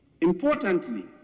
Importantly